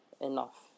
enough